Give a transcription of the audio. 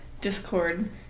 Discord